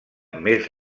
més